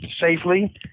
safely